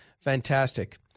Fantastic